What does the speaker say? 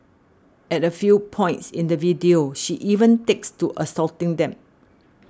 at a few points in the video she even takes to assaulting them